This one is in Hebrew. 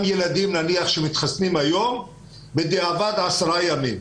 ילדים שנניח מתחסנים היום בדיעבד 10 ימים.